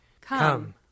Come